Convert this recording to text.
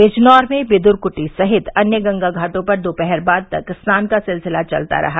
बिजनौर में बिद्र कुटी सहित अन्य गंगा घाटों पर दोपहर बाद तक स्नान का सिलसिला चलता रहा